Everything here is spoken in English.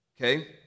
Okay